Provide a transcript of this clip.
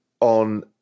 on